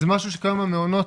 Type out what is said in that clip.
זה משהו שקיים במעונות,